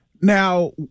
Now